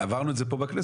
עברנו את זה פה בכנסת,